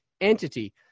entity